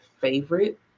favorite